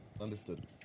understood